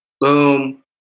boom